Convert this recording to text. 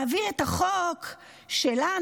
להעביר את החוק שלנו,